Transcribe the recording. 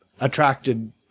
attracted